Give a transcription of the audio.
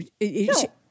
No